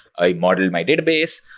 i model my database,